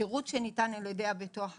השירות שניתן על ידי הביטוח הלאומי,